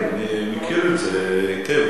אני מכיר את זה היטב,